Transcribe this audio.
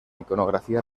iconografia